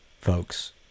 folks